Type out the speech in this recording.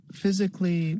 physically